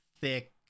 thick